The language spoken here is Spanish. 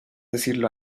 decirlo